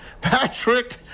Patrick